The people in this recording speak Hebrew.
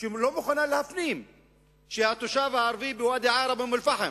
שלא מוכנה להפנים שהתושב הערבי בוואדי-עארה ובאום-אל-פחם